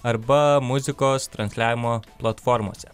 arba muzikos transliavimo platformose